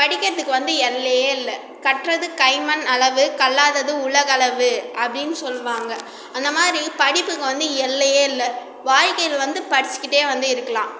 படிக்கிறதுக்கு வந்து எல்லையே இல்லை கற்றது கைமண் அளவு கல்லாதது உலகளவு அப்படின்னு சொல்வாங்க அந்த மாதிரி படிப்புக்கு வந்து எல்லையே இல்லை வாழ்க்கையில் வந்து படித்துக்கிட்டே வந்து இருக்கலாம்